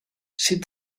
sit